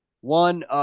One